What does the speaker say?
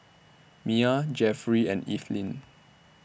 Mia Jeffrey and Ethyle